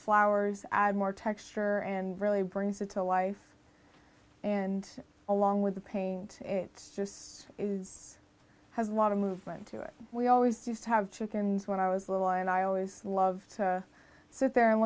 flowers add more texture and really brings it to life and along with the paint it just has a lot of movement to it we always used to have chickens when i was little and i always love to sit there and